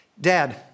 Dad